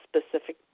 specific